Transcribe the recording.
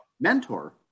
mentor